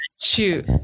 Shoot